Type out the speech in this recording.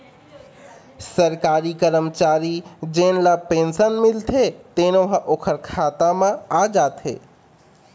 सरकारी करमचारी जेन ल पेंसन मिलथे तेनो ह ओखर खाता म आ जाथे